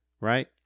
right